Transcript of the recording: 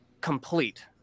complete